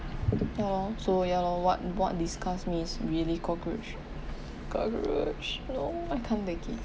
ya lor so ya lor what what disgusts me is really cockroach cockroach no I can't take it